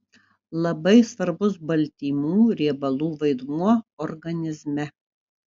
labai svarbus baltymų riebalų vaidmuo organizme